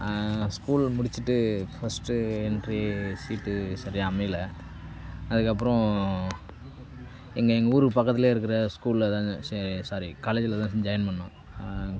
school முடிச்சுட்டு first entry seat சரியாக அமையலை அதுக்கப்புறம் இங்கே எங்கள் ஊருக்கு பக்கத்திலேயே இருக்கிற ஸ்கூலில் தாங்க சே ஸாரி காலேஜில்தான் ஜாயின் பண்ணிணோம்